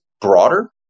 broader